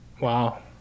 Wow